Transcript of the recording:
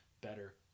better